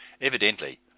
Evidently